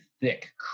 thick